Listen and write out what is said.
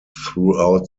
throughout